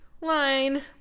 Line